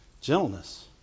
gentleness